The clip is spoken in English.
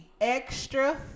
Extra